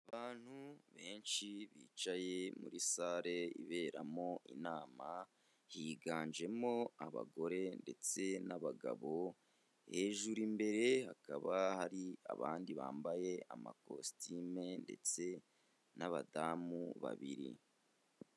Abantu benshi bicaye muri sale iberamo inama, higanjemo abagore ndetse n'abagabo, hejuru imbere hakaba hari abandi bambaye amakositime ndetse n'abadamu babiri.